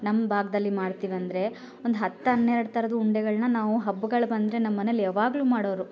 ನಮ್ಮ ಭಾಗ್ದಲ್ಲಿ ಮಾಡ್ತಿವಂದರೆ ಒಂದು ಹತ್ತು ಹನ್ನೆರಡು ಥರದ್ ಉಂಡೆಗಳನ್ನ ನಾವು ಹಬ್ಬಗಳು ಬಂದರೆ ನಮ್ಮನೆಯಲ್ಲಿ ಯಾವಾಗಲು ಮಾಡೋವರು